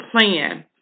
plan